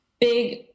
big